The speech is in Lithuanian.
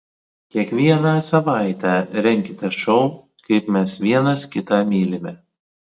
kiekvieną savaitę renkite šou kaip mes vienas kitą mylime